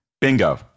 Bingo